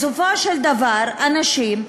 בסופו של דבר, אנשים,